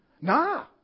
Nah